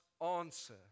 answer